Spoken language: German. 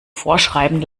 vorschreiben